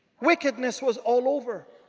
wickedness was all over.